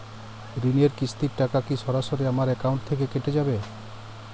ঋণের কিস্তির টাকা কি সরাসরি আমার অ্যাকাউন্ট থেকে কেটে যাবে?